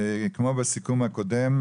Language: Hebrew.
קודם כל,